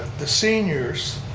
the seniors,